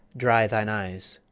dry thine eyes.